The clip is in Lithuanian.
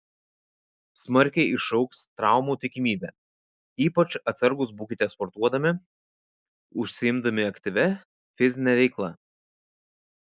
smarkiai išaugs traumų tikimybė ypač atsargūs būkite sportuodami užsiimdami aktyvia fizine veikla